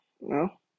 No